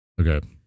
Okay